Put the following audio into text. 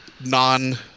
non